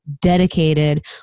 dedicated